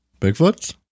bigfoots